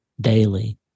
daily